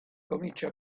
comincia